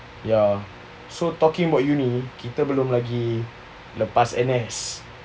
ya so talking about uni kita belum lagi lepas N_S